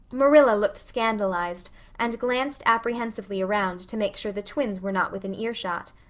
marilla looked scandalized and glanced apprehensively around to make sure the twins were not within earshot.